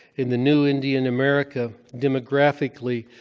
in the new indian america, demographically,